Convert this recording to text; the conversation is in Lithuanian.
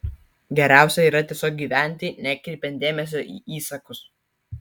geriausia yra tiesiog gyventi nekreipiant dėmesio į įsakus